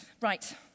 Right